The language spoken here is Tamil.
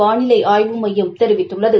வானிலை ஆய்வு மையம் தெரிவித்துள்ளது